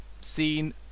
seen